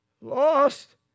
Lost